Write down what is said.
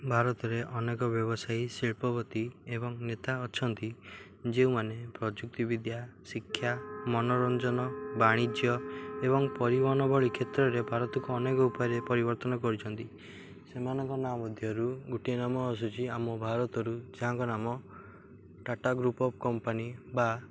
ଭାରତରେ ଅନେକ ବ୍ୟବସାୟୀ ଶିଳ୍ପପତୀ ଏବଂ ନେତା ଅଛନ୍ତି ଯେଉଁମାନେ ପ୍ରଯୁକ୍ତି ବିଦ୍ୟା ଶିକ୍ଷା ମନୋରଞ୍ଜନ ବାଣିଜ୍ୟ ଏବଂ ପରିବହନ ଭଳି କ୍ଷେତ୍ରରେ ଭାରତକୁ ଅନେକ ଉପାୟରେ ପରିବର୍ତ୍ତନ କରିଛନ୍ତି ସେମାନଙ୍କ ନାଁ ମଧ୍ୟରୁ ଗୋଟିଏ ନାମ ଆସୁଛି ଆମ ଭାରତରୁ ଯାହାଙ୍କ ନାମ ଟାଟା ଗ୍ରୁପ ଅଫ୍ କମ୍ପାନୀ ବା